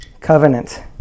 Covenant